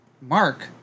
Mark